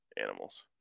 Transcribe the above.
animals